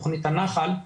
תכנית הנחל,